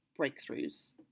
breakthroughs